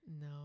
No